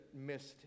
missed